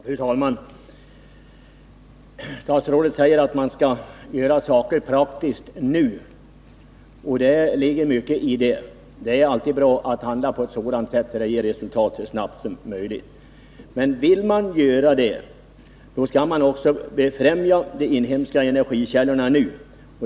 Fru talman! Statsrådet säger att man skall handla praktiskt i nuet, och det ligger mycket i detta. Det är alltid bra att handla på ett sådant sätt att det blir resultat så snabbt som möjligt. Men vill man uppnå detta i det här avseendet skall man befrämja de inhemska energikällorna nu.